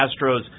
Astros